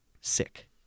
sick